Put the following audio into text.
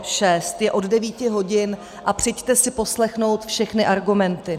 Je od 9 hodin a přijďte si poslechnout všechny argumenty.